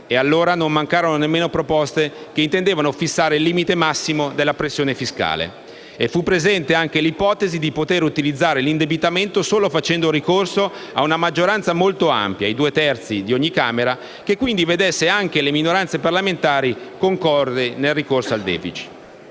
Allora non mancarono nemmeno proposte che intendevano fissare il limite massimo della pressione fiscale. Fu presente anche l'ipotesi di poter utilizzare l'indebitamento solo facendo ricorso a una maggioranza molto amplia - i due terzi di ogni Camera - che, quindi, vedesse anche le minoranze parlamentari concordi nel ricorso al *deficit*.